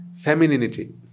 femininity